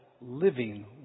living